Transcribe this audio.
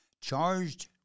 charged